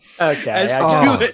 Okay